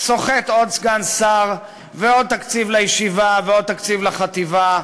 אחד סוחט עוד סגן שר ועוד תקציב לישיבה ועוד תקציב לחטיבה,